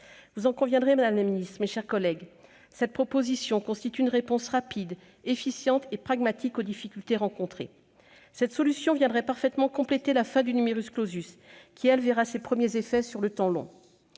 Vous en conviendrez, madame la ministre, mes chers collègues, cette proposition constitue une réponse rapide, efficiente et pragmatique aux difficultés rencontrées. Cette solution viendrait parfaitement compléter la fin du, qui, elle, produira ses premiers effets sur le temps long.